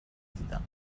دیدم